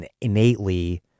innately